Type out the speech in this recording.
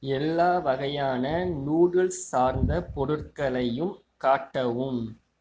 எல்லா வகையான நூடுல்ஸ் சார்ந்த பொருட்களையும் காட்டவும்